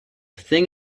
thing